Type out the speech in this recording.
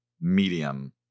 medium